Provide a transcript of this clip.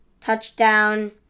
touchdown